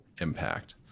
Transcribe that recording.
impact